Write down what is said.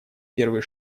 первый